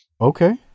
Okay